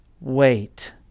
wait